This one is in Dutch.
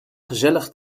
gezellig